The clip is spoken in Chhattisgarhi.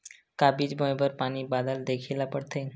का बीज बोय बर पानी बादल देखेला पड़थे?